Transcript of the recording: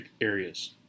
areas